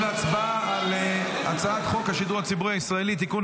להצבעה על הצעת חוק השידור הציבורי(תיקון,